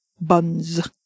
Buns